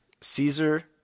Caesar